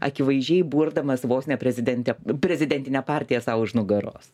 akivaizdžiai burdamas vos ne prezidentę prezidentinę partiją sau už nugaros